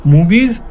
Movies